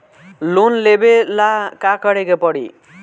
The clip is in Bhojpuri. लोन लेबे ला का करे के पड़ी?